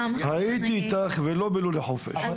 לא בלולי חופש.